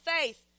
faith